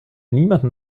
niemanden